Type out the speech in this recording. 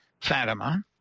Fatima